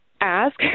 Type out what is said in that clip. ask